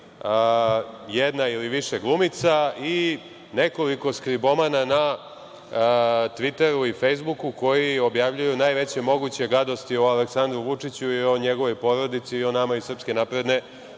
jedna ili više glumica i nekoliko skribomana na Tviteru i Fejsbuku koji objavljuju najveće moguće gadosti o Aleksandru Vučiću, o njegovoj porodici i o nama iz SNS.Zato